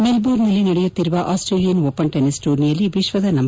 ಮೆಲ್ಲೋರ್ನ್ನಲ್ಲಿ ನಡೆಯುತ್ತಿರುವ Australian open tennis ಟೂರ್ನಿಯಲ್ಲಿ ವಿಶ್ವದ ನಂ